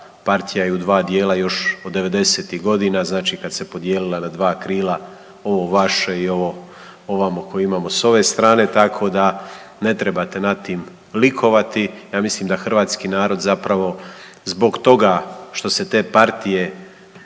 Partija je u dva dijela još od devedesetih godina, znači kada se podijelila na dva krila ovo vaše i ovo ovamo koje imamo sa ove strane, tako da ne trebate nad tim likovati. Ja mislim da hrvatski narod zapravo zbog toga što se te partije